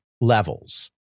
levels